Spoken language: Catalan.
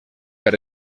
per